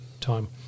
time